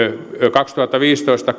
kaksituhattaviisitoista